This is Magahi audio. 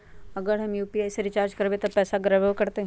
अगर हम यू.पी.आई से रिचार्ज करबै त पैसा गड़बड़ाई वो करतई?